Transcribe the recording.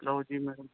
hello جی madam